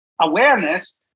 awareness